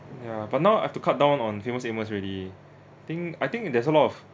ya but now I have to cut down on Famous Amos already think I think there's a lot of